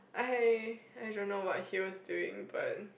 I I don't know what he was doing but